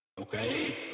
Okay